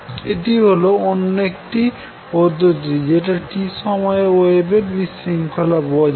এটি হল অন্য একটি পদ্ধতি যেটা দেখে t সময়ে ওয়েভের বিশৃঙ্খলা বোঝা যায়